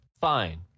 fine